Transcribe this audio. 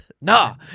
Nah